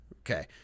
Okay